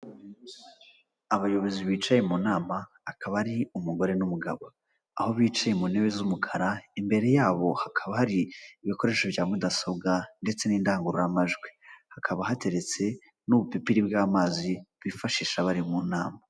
Abayobozi bicaye mu nama akaba ari umugore n'umugabo, aho bicaye mu ntebe z'umukara imbere yabo hakaba hari ibikoresho bya mudasobwa ndetse n'indangururamajwi. Hakaba hateretse n'ubupipiri bw'amazi bifashisha bari mu nama.